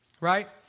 right